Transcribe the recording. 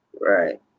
Right